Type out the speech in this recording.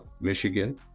Michigan